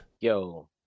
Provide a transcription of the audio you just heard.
Yo